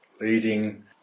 leading